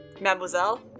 Mademoiselle